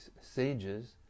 Sages